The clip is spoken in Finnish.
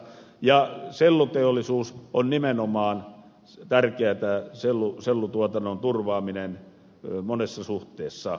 sellutuotannon turvaaminen on nimenomaan se tärkeyttää sielu sellutuotannon turvaaminen tärkeätä monessa suhteessa